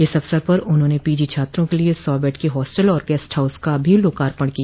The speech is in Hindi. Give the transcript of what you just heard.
इस अवसर पर उन्होंने पीजी छात्रों के लिये सौ बेड के हास्टल और गेस्ट हाउस का भी लोकार्पण किया